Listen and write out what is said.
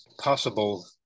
possible